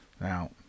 Now